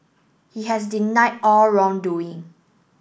he has denied all wrongdoing